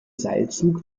seilzug